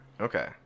Okay